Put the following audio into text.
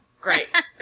Great